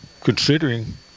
considering